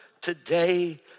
today